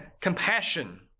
compassion